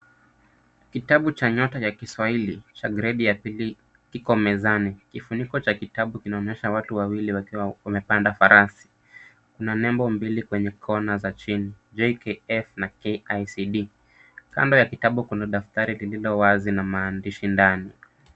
kitabu cha nyota ya kiswahili cha gradi ya pili kiko mezani kifuniko cha kitabu kinaonyesha watu wawili wakiwa wamepanda farasi, ina nembo mbili kwenye kona za chini jkf na kicd, kamba ya kitabu kuna daftari lililo wazi na maandishi ndani.